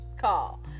call